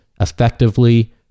effectively